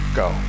go